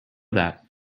that